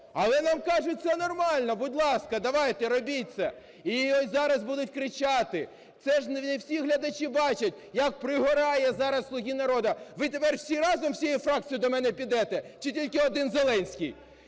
Але нам кажуть: це нормально, будь ласка, давайте робіть це. І ось зараз будуть кричати. Це ж не всі глядачі бачать як пригорає зараз у "Слуги народу". Ви тепер всі разом всією фракцією до мене підете чи тільки один Зеленський?